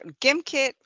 GimKit